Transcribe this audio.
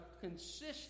consistent